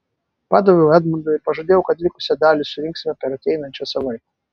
padaviau edmundui ir pažadėjau kad likusią dalį surinksime per ateinančią savaitę